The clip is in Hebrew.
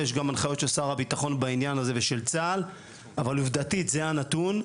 יש גם הנחיות של שר הביטחון בעניין הזה ושל צה"ל אבל עובדתית זה הנתון.